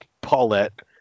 Paulette